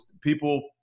people